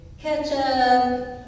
ketchup